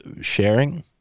sharing